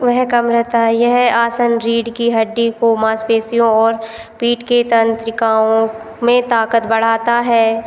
वह कम रहता है यह आसन रीढ़ की हड्डी को माँसपेशियों और पीठ की तंत्रिकाओं में ताकत बढ़ाता है